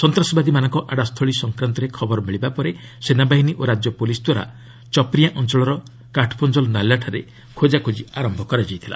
ସନ୍ତାସବାଦୀମାନଙ୍କ ଆଡ଼ିଆସଳୀ ସଂକ୍ରାନ୍ତରେ ଖବର ମିଳିବା ପରେ ସେନାବାହିନୀ ଓ ରାଜ୍ୟ ପୁଲିସ୍ଦ୍ୱାରା ଚପ୍ରିୟାଁ ଅଞ୍ଚଳର କାଠପଞ୍ଜଲ୍ ନାଲାଠାରେ ଖୋଜାକୋଜି କରାଯାଇଥିଲା